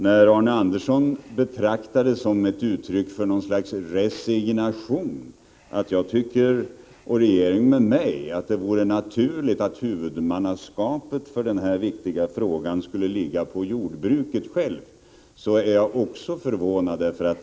När Arne Andersson betraktar det som ett uttryck för något slags resignation att jag och regeringen med mig tycker att det vore naturligt att huvudmannaskapet för den här viktiga frågan skulle ligga på jordbruket självt, blir jag också förvånad.